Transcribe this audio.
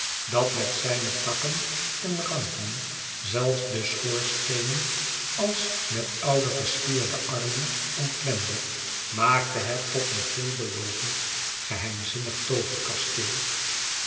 dat met zijne takken en ranken zelfs de schoorsteenen als met oude gespierde armen omklemde maakten het tot een veelbelovend geheimzinnig